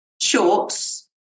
Shorts